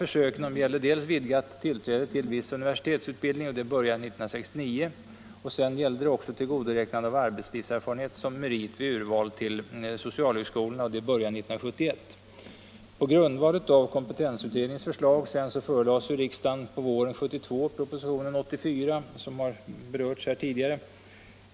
Försöket gällde dels vidgat tillträde till viss universitetsutbildning, vilket började 1969, dels tillgodoräknande av arbetslivserfarenhet som merit vid urval till socialhögskolorna, och det började 1971. Nä På grundval av kompetensutredningens förslag förelades riksdagen på våren 1972 propositionen 84, som berörts här tidigare.